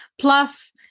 Plus